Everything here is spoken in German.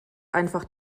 einfach